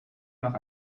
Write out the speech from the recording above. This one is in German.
nach